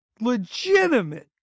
legitimate